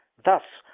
thus,